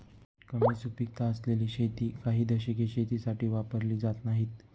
कमी सुपीकता असलेली शेती काही दशके शेतीसाठी वापरली जात नाहीत